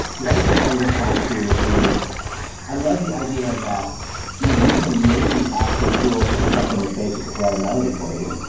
the other thing that i would respond to is i love the idea that you know you can maybe ask a tool to do something as basic as write a melody for you.